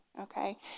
okay